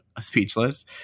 speechless